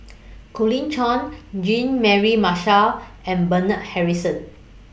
Colin Cheong Jean Mary Marshall and Bernard Harrison